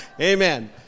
Amen